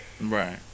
right